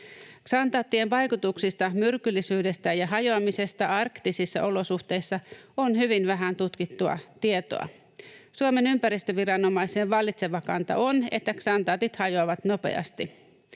Ksantaattien vaikutuksista, myrkyllisyydestä ja hajoamisesta arktisissa olosuhteissa on hyvin vähän tutkittua tietoa. Suomen ympäristöviranomaisen vallitseva kanta on, että ksantaatit hajoavat nopeasti.